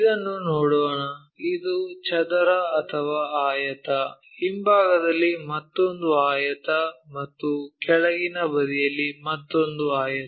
ಇದನ್ನು ನೋಡೋಣ ಇದು ಚದರ ಅಥವಾ ಆಯತ ಹಿಂಭಾಗದಲ್ಲಿ ಮತ್ತೊಂದು ಆಯತ ಮತ್ತು ಕೆಳಗಿನ ಬದಿಯಲ್ಲಿ ಮತ್ತೊಂದು ಆಯತ